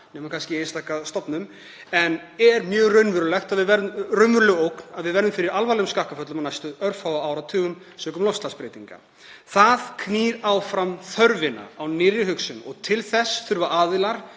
nema kannski einstaka stofna, en það er mjög raunveruleg ógn að við verðum fyrir alvarlegum skakkaföllum á næstu örfáu áratugum sökum loftslagsbreytinga. Það knýr áfram þörfina á nýrri hugsun og til þess þurfa aðilar